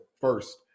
first